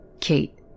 Kate